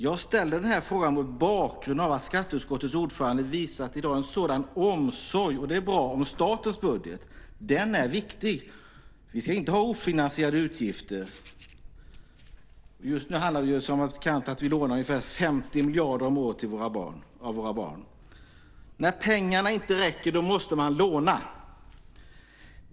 Jag ställer den här frågan mot bakgrund av att skatteutskottets ordförande i dag visat en sådan omsorg - och det är bra - om statens budget. Den är viktig. Vi ska inte ha ofinansierade utgifter. Just nu handlar det om att vi lånar ungefär 50 miljarder om året av våra barn. När pengarna inte räcker måste man låna.